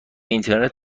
اینترنت